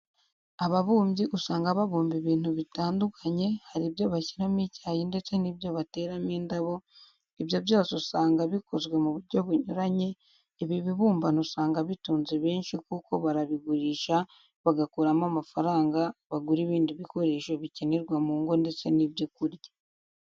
Ababumbyi usanga babumba ibintu bitandukanye hari ibyo bashyiramo icyayi ndetse n'ibyo bateramo indabo, ibyo byose usanga bikonzwe mu buryo bunyuranye, ibi bibumbano usanga bitunze benshi kuko barabigurisha bagakuramo amafaranga bagura ibindi bikoresho bikenerwa mu ngo ndetse n'ibyo kurya.